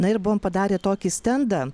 na ir buvom padarę tokį stendą